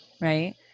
right